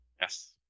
Yes